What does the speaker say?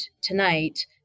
tonight